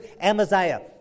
Amaziah